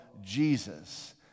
Jesus